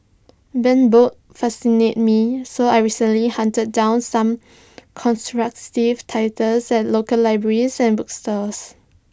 banned books fascinate me so I recently hunted down some ostracised titles at local libraries and bookstores